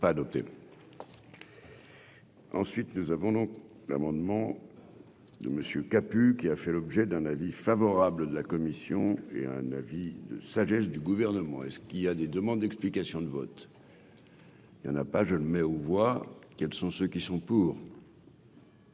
pas adopté. Ensuite, nous avons donc l'amendement de Monsieur kaput qui a fait l'objet d'un avis favorable de la commission et un avis de sagesse du gouvernement et ce qu'il y a des demandes d'explications de vote. Il y en a pas, je le mets aux voix, quels sont ceux qui sont pour.